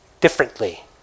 differently